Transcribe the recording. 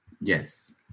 Yes